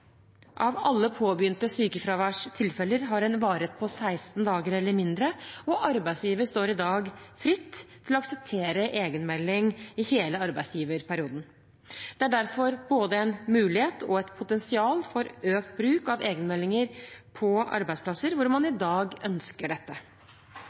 av alle påbegynte sykefraværstilfeller har en varighet på 16 dager eller mindre, og arbeidsgiver står i dag fritt til å akseptere egenmelding i hele arbeidsgiverperioden. Det er derfor både en mulighet og et potensial for økt bruk av egenmeldinger på arbeidsplasser hvor man i